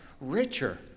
richer